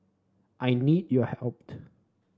I need your helped